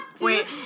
Wait